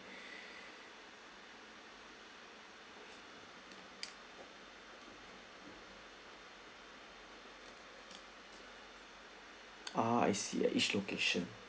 ah I see at each location